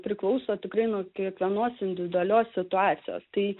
priklauso tikrai nuo kiekvienos individualios situacijos tai